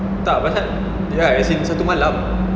tak macam ya as in satu malam